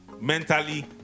mentally